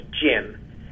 Jim